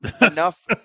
enough